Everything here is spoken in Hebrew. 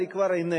אבל היא כבר איננה.